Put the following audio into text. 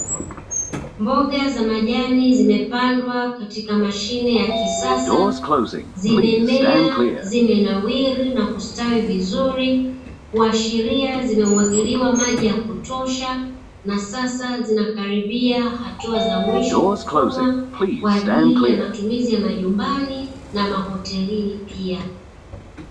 Mboga za majani zimepandwa katika mashine ya kisasa. Zimemea, zimenawiri na kustawi vizuri, kuashiria zimemwagiliwa maji ya kutosha na sasa zinakaribia hatua za mwisho kuvunwa kwa ajili ya matumizi ya majumbani na mahotelini pia.